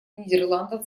нидерландов